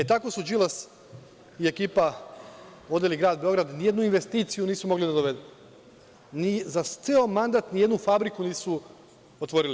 Tako su Đilas i ekipa vodili grad Beograd, ni jednu investiciju nisu mogli da dovedu, za ceo mandat ni jednu fabriku nisu otvorili.